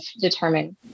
determine